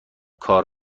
کار